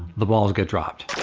the balls get dropped.